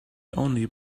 only